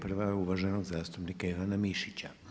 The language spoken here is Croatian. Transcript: Prva je uvaženog zastupnika Ivana Mišića.